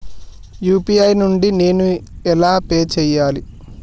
UPI నుండి నేను ఎలా పే చెయ్యాలి?